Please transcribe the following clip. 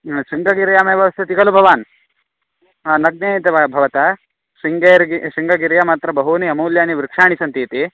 ह शृङ्गगिर्यामेव वसति खलु भवान् ह नग्नायते वा भवता शृङ्गेरिः शृङ्गगिर्यामत्र बहूनि अमूल्यानि वृक्षाणि सन्ति इति